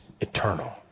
eternal